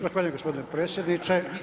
Zahvaljujem gospodine predsjedniče.